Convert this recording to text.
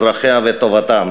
אזרחיה וטובתם.